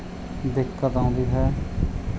ਦਿੱਕਤ ਆਉਂਦੀ ਹੈ